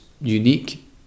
unique